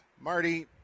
Marty